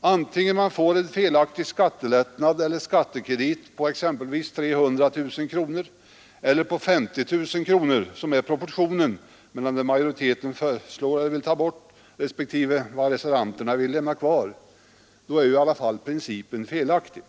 Antingen man får en felaktig skattelättnad eller en skattekredit på exempelvis 300 000 kronor eller på 50 000 kronor — sådan är proportionen mellan det majoriteten vill ta bort respektive vad reservanterna vill lämna kvar — så är i alla fall principen felaktig.